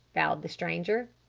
bowed the stranger.